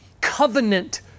covenant